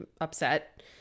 upset